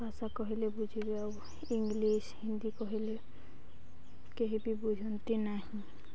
ଭାଷା କହିଲେ ବୁଝିବେ ଆଉ ଇଂଲିଶ ହିନ୍ଦୀ କହିଲେ କେହି ବି ବୁଝନ୍ତି ନାହିଁ